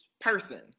person